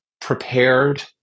prepared